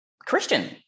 Christian